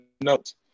notes